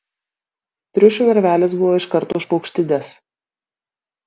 triušių narvelis buvo iškart už paukštides